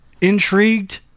intrigued